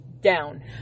down